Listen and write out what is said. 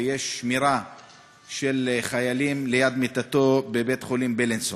ויש שמירה של חיילים ליד מיטתו בבית-החולים בילינסון.